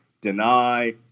deny